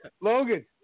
Logan